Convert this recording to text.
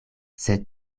sed